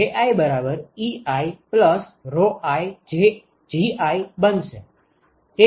તેથી JiEiiGi બનશે